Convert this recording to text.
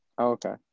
Okay